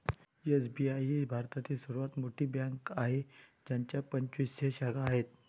SBI ही भारतातील सर्वात मोठी बँक आहे ज्याच्या पंचवीसशे शाखा आहेत